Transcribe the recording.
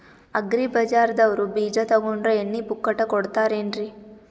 Agri ಬಜಾರದವ್ರು ಬೀಜ ತೊಗೊಂಡ್ರ ಎಣ್ಣಿ ಪುಕ್ಕಟ ಕೋಡತಾರೆನ್ರಿ?